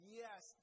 yes